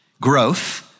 growth—